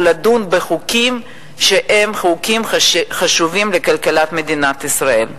לדון בחוקים שהם חוקים חשובים לכלכלת מדינת ישראל.